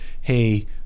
hey